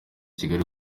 kigali